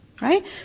Right